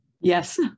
Yes